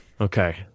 Okay